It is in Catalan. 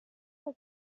que